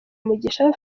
mugisha